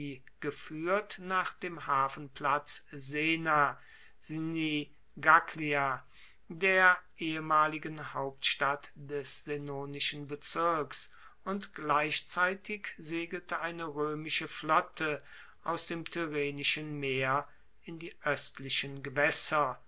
gefuehrt nach dem hafenplatz sena sinigaglia der ehemaligen hauptstadt des senonischen bezirks und gleichzeitig segelte eine roemische flotte aus dem tyrrhenischen meer in die oestlichen gewaesser